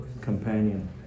companion